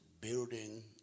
Building